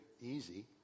easy